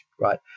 right